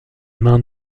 main